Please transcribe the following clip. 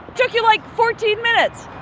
took you, like, fourteen minutes